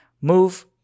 move